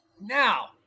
now